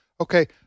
Okay